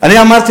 מה עם כולסטרול?